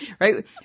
right